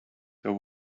there